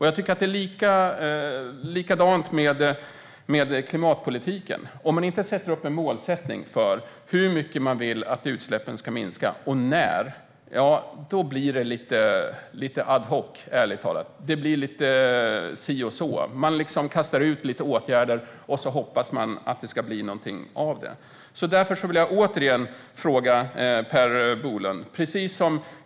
Jag tycker att det är likadant med klimatpolitiken. Om man inte sätter upp en målsättning för hur mycket man vill att utsläppen ska minska, och när, blir det ärligt talat lite ad hoc. Det blir lite si och så. Man kastar ut lite åtgärder och hoppas att det ska bli något av det. Därför vill jag återigen ställa frågan till Per Bolund.